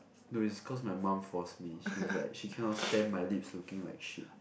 no is cause my mum force me she is like she can not stand my lips looking like shit